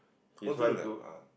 his wife do ah